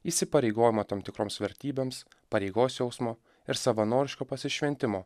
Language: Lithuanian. įsipareigojimo tam tikroms vertybėms pareigos jausmo ir savanoriško pasišventimo